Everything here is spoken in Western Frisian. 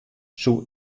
soe